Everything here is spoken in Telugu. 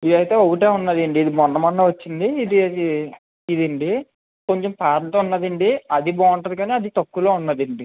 ఇది అయితే ఒకటే ఉన్నాదండి ఇది మొన్న మొన్నే వచ్చింది ఇది అది ఇదండి కొంచెం పాతది ఉన్నాదండి అది బాగుంటుంది కానీ అది తక్కువలో ఉన్నాదండి